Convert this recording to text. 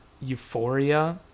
euphoria